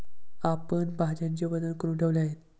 आपण भाज्यांचे वजन करुन ठेवले आहे